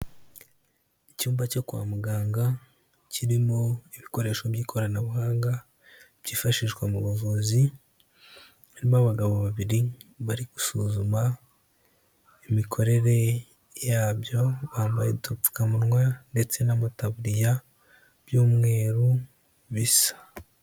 Icyumba cyo kwa muganga, kirimo ibikoresho n'ikoranabuhanga, byifashishwa mu buvuzi, harimo abagabo babiri bari gusuzuma imikorere yabyo, bambaye udupfukamunwa ndetse n'amataburiya by'umweru, bisa.